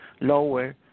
lower